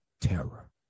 Terror